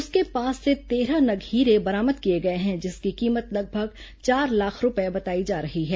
उसके पास से तेरह नग हीरा बरामद किया गया है जिसकी कीमत लगभग चार लाख रूपये बताई जा रही है